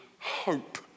Hope